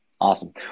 Awesome